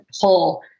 pull